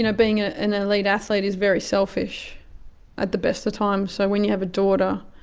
you know being ah an elite athlete is very selfish at the best of times, so when you have a daughter,